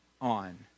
on